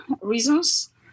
reasons